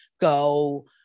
go